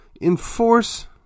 enforce